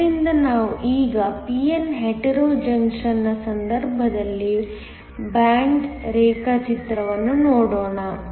ಆದ್ದರಿಂದ ನಾವು ಈಗ p n ಹೆಟೆರೊ ಜಂಕ್ಷನ್ ನ ಸಂದರ್ಭದಲ್ಲಿ ಬ್ಯಾಂಡ್ ರೇಖಾಚಿತ್ರವನ್ನು ನೋಡೋಣ